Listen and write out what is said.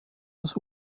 das